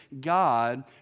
God